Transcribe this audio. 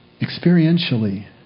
experientially